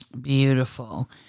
Beautiful